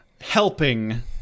helping